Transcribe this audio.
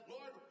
Lord